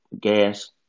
Gas